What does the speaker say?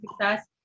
success